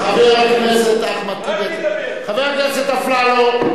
חבר הכנסת אפללו.